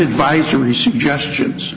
advisory suggestions